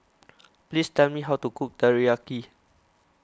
please tell me how to cook Teriyaki